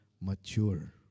mature